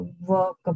work